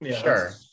Sure